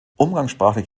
umgangssprachlich